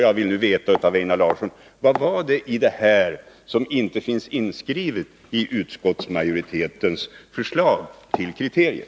Jag vill ha svar från Einar Larsson: Vad var det i det jag nu upprepade som inte finns inskrivet i utskottsmajoritetens förslag till kriterier?